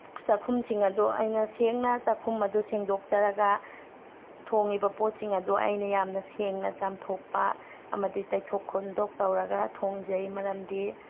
ꯆꯥꯛꯈꯨꯝꯁꯤꯡ ꯑꯗꯣ ꯑꯩꯅ ꯁꯦꯡꯅ ꯆꯥꯛꯈꯨꯝ ꯑꯗꯨ ꯁꯦꯡꯗꯣꯛꯆꯔꯒ ꯊꯣꯡꯉꯤꯕ ꯄꯣꯠꯁꯤꯡ ꯑꯗꯣ ꯑꯩꯟ ꯌꯥꯝꯅ ꯁꯦꯡꯅ ꯆꯥꯝꯊꯣꯛꯄ ꯑꯃꯗꯤ ꯇꯩꯊꯣꯛ ꯈꯣꯝꯗꯣꯛ ꯇꯧꯔꯒ ꯊꯣꯡꯖꯩ ꯃꯔꯝꯗꯤ